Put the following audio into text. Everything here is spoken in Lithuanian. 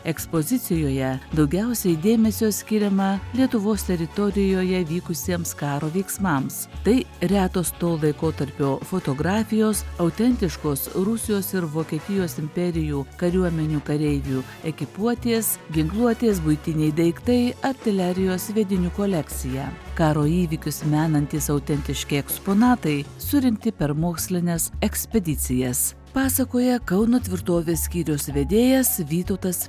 ekspozicijoje daugiausiai dėmesio skiriama lietuvos teritorijoje vykusiems karo veiksmams tai retos to laikotarpio fotografijos autentiškos rusijos ir vokietijos imperijų kariuomenių kareivių ekipuotės ginkluotės buitiniai daiktai artilerijos sviedinių kolekcija karo įvykius menantys autentiški eksponatai surinkti per mokslines ekspedicijas pasakoja kauno tvirtovės skyriaus vedėjas vytautas